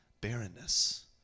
Barrenness